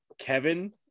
Kevin